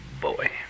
boy